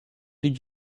did